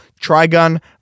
Trigon